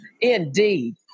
indeed